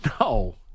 No